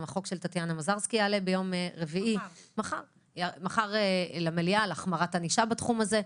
גם החוק של טטיאנה מזרסקי יעלה מחר למליאה על החמרת ענישה בתחום הזה.